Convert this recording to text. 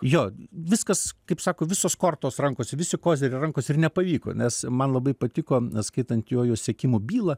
jo viskas kaip sako visos kortos rankose visi koziriai rankose ir nepavyko nes man labai patiko skaitant jojo sekimo bylą